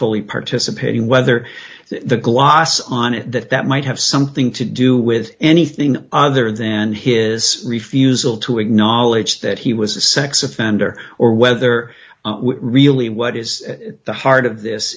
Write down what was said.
fully participating whether the gloss on that that might have something to do with anything other than his refusal to acknowledge that he was a sex offender or whether really what is the heart of